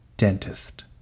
dentist